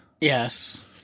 Yes